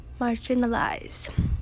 marginalized